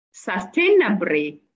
sustainably